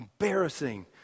embarrassing